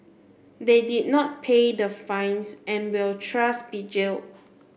they did not pay the fines and will trust be jailed